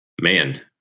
man